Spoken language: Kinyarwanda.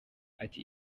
ati